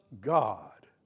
God